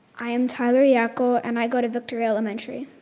i am tyler yockel and i go to victory elementary.